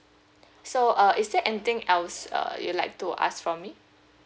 so uh is there anything else uh you'd like to ask from me